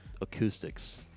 acoustics